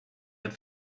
had